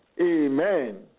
Amen